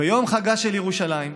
ביום חגה של ירושלים,